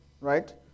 right